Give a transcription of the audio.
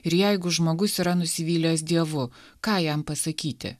ir jeigu žmogus yra nusivylęs dievu ką jam pasakyti